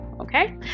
Okay